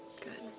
Good